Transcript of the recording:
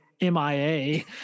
MIA